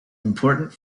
important